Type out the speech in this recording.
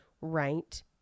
right